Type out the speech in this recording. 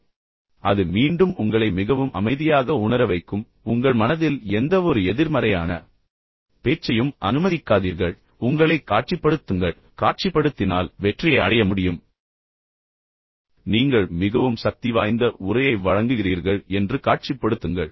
எனவே அது மீண்டும் உங்களை மிகவும் அமைதியாக உணர வைக்கும் பின்னர் உங்கள் மனதில் எந்தவொரு எதிர்மறையான பேச்சையும் அனுமதிக்காதீர்கள் உங்களை காட்சிப்படுத்துங்கள் காட்சிப்படுத்தினால் வெற்றியை அடைய முடியும் நான் சொன்னது போல் நீங்கள் மிகவும் சக்திவாய்ந்த மற்றும் பயங்கரமான உரையை வழங்குகிறீர்கள் என்று காட்சிப்படுத்துங்கள்